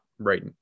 right